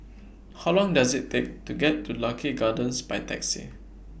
How Long Does IT Take to get to Lucky Gardens By Taxi